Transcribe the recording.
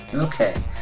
Okay